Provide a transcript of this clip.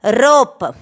rope